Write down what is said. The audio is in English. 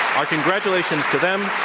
our congratulations to them.